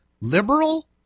liberal